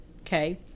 Okay